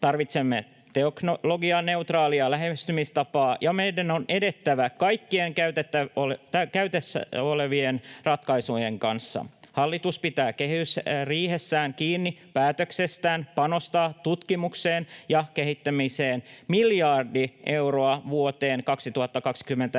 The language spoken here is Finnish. Tarvitsemme teknologianeutraalia lähestymistapaa, ja meidän on edettävä kaikkien käytettävissä olevien ratkaisujen kanssa. Hallitus piti kehysriihessä kiinni päätöksestään panostaa tutkimukseen ja kehittämiseen miljardi euroa vuoteen 2027